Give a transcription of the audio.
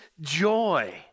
joy